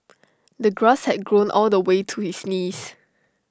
the grass had grown all the way to his knees